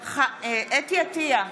עטייה,